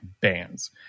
bands